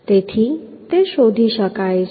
તેથી તે શોધી શકાય છે